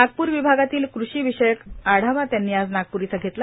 नागपूर विभागातील कृषी विषयक आढावा त्यांनी आज नागपूर इथं घेतला